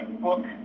book